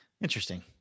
Interesting